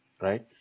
right